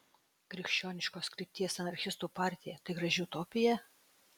krikščioniškos krypties anarchistų partija tai graži utopija